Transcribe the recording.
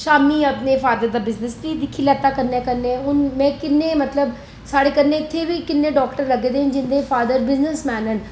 शामीं अपने फादर दा बिजनेस गी दिक्खी लैता कन्नै कन्नै किन्ने मतलब साढ़े कन्नै इत्थे बी किन्ने डाक्टर लग्गे दे जिंदे फादर बिजनेस मैन न